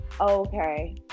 okay